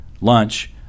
lunch